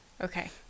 Okay